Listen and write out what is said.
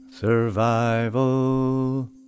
Survival